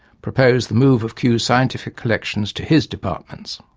proposed the move of kew's scientific collections to his departments.